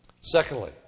Secondly